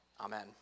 Amen